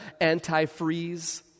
antifreeze